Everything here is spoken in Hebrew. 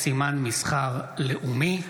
(סימן מסחר בין-לאומי במקום סימן מסחר לאומי),